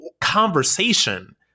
conversation